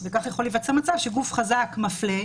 וכך יכול להיווצר מצב שגוף חזק מפלה,